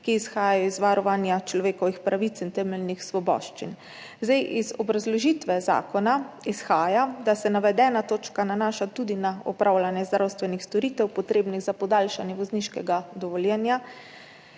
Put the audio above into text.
ki izhajajo iz varovanja človekovih pravic in temeljnih svoboščin. Iz obrazložitve zakona izhaja, da se navedena točka nanaša tudi na opravljanje zdravstvenih storitev, potrebnih za podaljšanje vozniškega dovoljenja,